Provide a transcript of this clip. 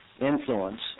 influence